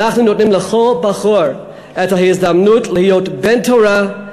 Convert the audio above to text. אנחנו נותנים לכל בחור את ההזדמנות להיות בן-תורה,